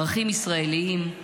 ערכים ישראליים,